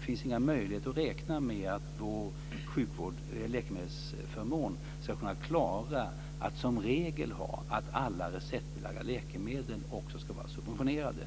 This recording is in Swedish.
finns inga möjligheter att räkna med att vår läkemedelsförmån ska kunna klara att som regel ha att alla receptbelagda läkemedel ska vara subventionerade.